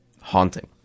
haunting